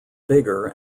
bigger